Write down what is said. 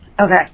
okay